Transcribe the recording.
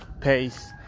pace